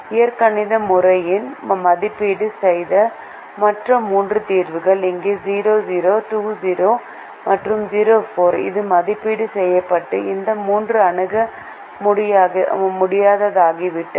இயற்கணித முறை மதிப்பீடு செய்த மற்ற மூன்று தீர்வுகள் இங்கே 00 20 மற்றும் 04 இது மதிப்பீடு செய்யப்பட்டு இந்த மூன்று அணுக முடியாததாகிவிட்டது